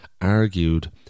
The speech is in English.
argued